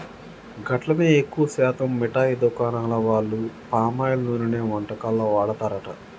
గట్లనే ఎక్కువ శాతం మిఠాయి దుకాణాల వాళ్లు పామాయిల్ నూనెనే వంటకాల్లో వాడతారట